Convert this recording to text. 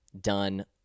done